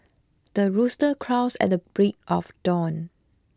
the rooster crows at the break of dawn